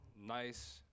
Nice